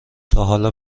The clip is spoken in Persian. تاحالا